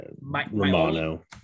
Romano